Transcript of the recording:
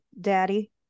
daddy